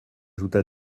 ajouta